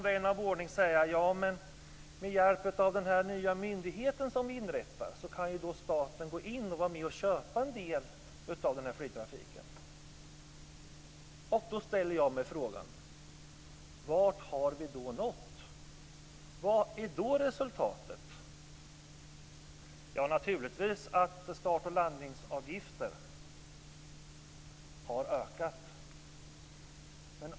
Vän av ordning kanske säger: Med hjälp av den nya myndighet som inrättas kan väl staten gå in och vara med och köpa en del av den här flygtrafiken. Jag undrar: Vart har vi då nått? Vad är då resultatet? Ja, naturligtvis har start och landningsavgifterna ökat.